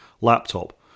laptop